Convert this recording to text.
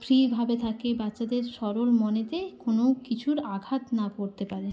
ফ্রিভাবে থাকে বাচ্চাদের সরল মনেতে কোনো কিছুর আঘাত না পড়তে পারে